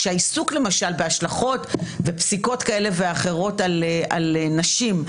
כשהעיסוק בהשלכות ובפסיקות כאלה ואחרות על נשים,